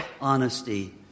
honesty